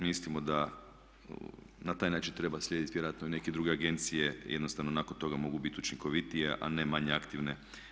Mislimo da na taj način treba slijediti vjerojatno i neke druge agencije, jednostavno nakon toga mogu biti učinkovitije, a ne manje aktivne.